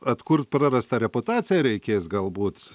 atkurt prarastą reputaciją reikės galbūt